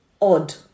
odd